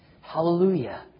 Hallelujah